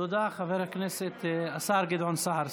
תודה, השר גדעון סער.